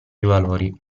valori